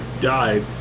died